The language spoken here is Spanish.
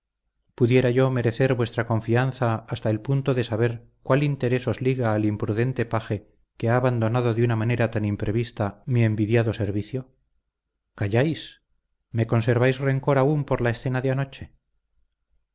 pudiera yo merecer vuestra confianza hasta el punto de saber cuál interés os liga al imprudente paje que ha abandonado de una manera tan imprevista mi envidiado servido calláis me conserváis rencor aún por la escena de anoche